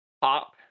Pop